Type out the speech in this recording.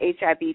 HIV